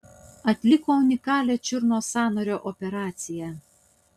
atliko unikalią čiurnos sąnario operaciją